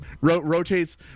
Rotates